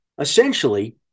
essentially